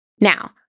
Now